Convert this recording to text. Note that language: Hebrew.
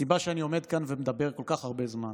הסיבה שאני עומד כאן ומדבר כל כך הרבה זמן